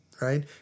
Right